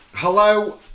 Hello